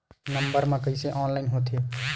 Number मा कइसे online होथे?